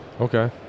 Okay